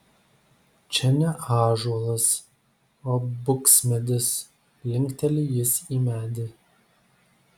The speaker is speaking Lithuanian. čia ne ąžuolas o buksmedis linkteli jis į medį